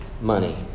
money